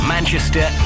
Manchester